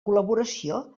col·laboració